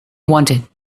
wanted